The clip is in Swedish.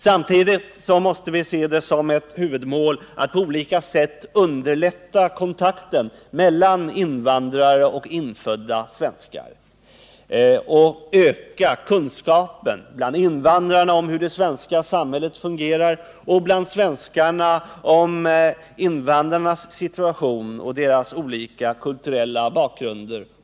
Samtidigt måste vi se det som ett huvudmål att på olika sätt underlätta kontakten mellan invandrare och infödda svenskar och att öka kunskapen bland invandrarna om hur det svenska samhället fungerar och bland svenskarna om invandrarnas situation och deras olika kulturella bakgrund.